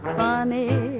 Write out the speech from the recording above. funny